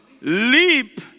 leap